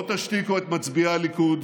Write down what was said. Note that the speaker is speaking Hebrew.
לא תשתיקו את מצביעי הליכוד,